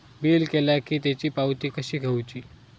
Bill केला की त्याची पावती कशी घेऊची?